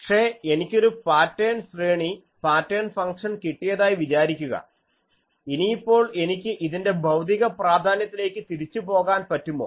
പക്ഷേ എനിക്കൊരു പാറ്റേൺ ശ്രേണി പാറ്റേൺ ഫംഗ്ഷൻ കിട്ടിയതായി വിചാരിക്കുക ഇനിയിപ്പോൾ എനിക്ക് ഇതിൻ്റെ ഭൌതിക പ്രാധാന്യത്തിലേക്ക് തിരിച്ചു പോവാൻ പറ്റുമോ